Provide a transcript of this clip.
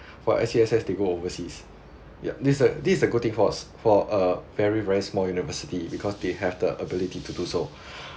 for N_C_S_S they go overseas ya this a this a good thing for us for a very very small university because they have the ability to do so